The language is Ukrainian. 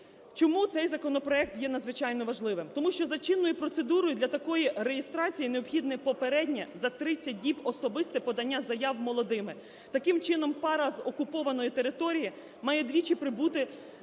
Чому цей законопроект є надзвичайно важливим? Тому що за чинною процедурою для такої реєстрації необхідне попереднє, за 30 діб, особисте подання заяв молодими. Таким чином, пара з окупованої території має двічі прибути